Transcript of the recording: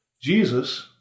Jesus